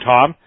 Tom